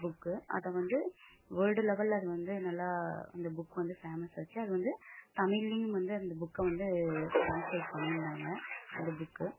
book அதை வந்து world லெவலில் அது வந்து நல்லா அந்த புக் வந்து ஃபேமஸாச்சு அது வந்து தமிழ்லையும் வந்து அந்த புக்கை வந்து ட்ரான்ஸ்லேட் பண்ணிருந்தாங்க அந்த புக்கு